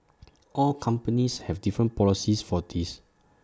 all companies have different policies for this